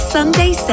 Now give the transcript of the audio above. Sunday